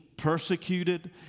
persecuted